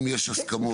אם יש הסכמות,